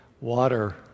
water